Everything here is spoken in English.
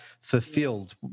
fulfilled